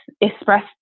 express